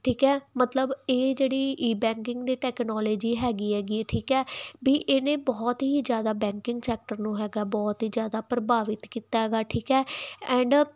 ਠੀਕ ਹੈ ਮਤਲਬ ਇਹ ਜਿਹੜੀ ਈਬੈਂਕਿੰਗ ਦੀ ਟੈਕਨੋਲੋਜੀ ਹੈਗੀ ਆ ਗੀ ਠੀਕ ਹੈ ਵੀ ਇਹਨੇ ਬਹੁਤ ਹੀ ਜ਼ਿਆਦਾ ਬੈਂਕਿੰਗ ਸੈਕਟਰ ਨੂੰ ਹੈਗਾ ਬਹੁਤ ਹੀ ਜ਼ਿਆਦਾ ਪ੍ਰਭਾਵਿਤ ਕੀਤਾ ਹੈਗਾ ਠੀਕ ਹੈ ਐਂਡ